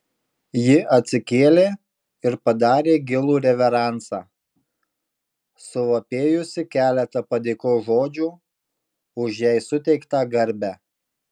ji atsikėlė ir padarė gilų reveransą suvapėjusi keletą padėkos žodžių už jai suteiktą garbę